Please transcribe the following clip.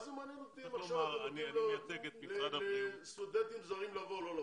מה זה מעניין אותי אם עכשיו אתם נותנים לסטודנטים זרים לבוא או לא לבוא,